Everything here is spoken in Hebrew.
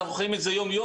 אנחנו חיים את זה יום-יום.